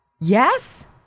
Yes